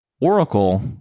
Oracle